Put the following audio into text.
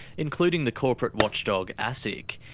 including the corporate watchdog asic.